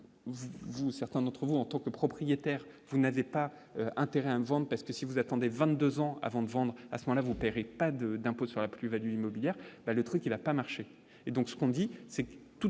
certains d'entre vous, en tant que propriétaire vous n'avait pas intérêt invente parce que si vous attendez 22 ans avant de vendre à ce point-là, vous paierez pas de d'impôt sur la plus-Value immobilière le truc qui va pas marcher et donc ce qu'on dit c'est tout